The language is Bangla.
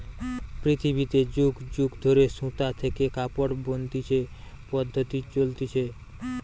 পৃথিবীতে যুগ যুগ ধরে সুতা থেকে কাপড় বনতিছে পদ্ধপ্তি চলতিছে